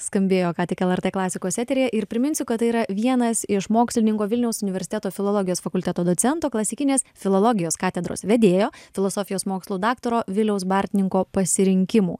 skambėjo ką tik lrt klasikos eteryje ir priminsiu kad tai yra vienas iš mokslininko vilniaus universiteto filologijos fakulteto docento klasikinės filologijos katedros vedėjo filosofijos mokslų daktaro viliaus bartninko pasirinkimų